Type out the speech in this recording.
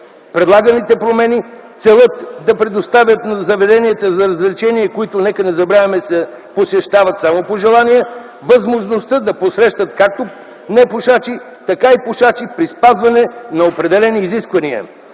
Предлаганите промени целят да предоставят на заведенията за развлечения, които, нека не забравяме, се посещават само по желание, възможността да посрещат както непушачи, така и пушачи при спазване на определени изисквания.